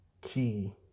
key